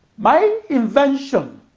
my invention